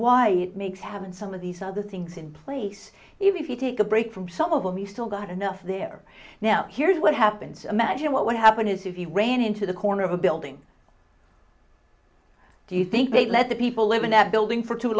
why it makes having some of these other things in place if you take a break from some of them we still got enough there now here's what happens imagine what would happen is if you ran into the corner of a building do you think they let people live in that building for too